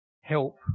help